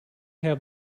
have